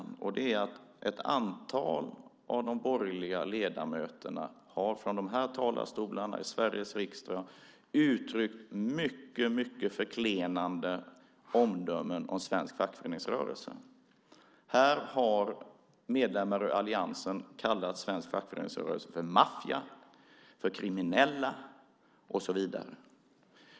Det handlar om att ett antal av de borgerliga ledamöterna från de här talarstolarna i Sveriges riksdag har uttryckt mycket förklenande omdömen om svensk fackföreningsrörelse. Här har medlemmar i alliansen kallat svensk fackföreningsrörelse för maffia, kriminella och så vidare.